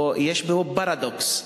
או יש בו פרדוקס,